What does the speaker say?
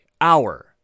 Hour